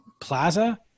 plaza